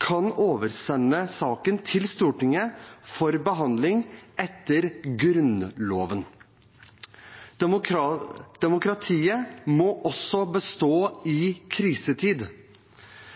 kan oversende saken til Stortinget for behandling etter Grunnloven. Demokratiet må også bestå i krisetid.